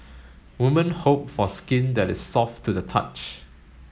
women hope for skin that is soft to the touch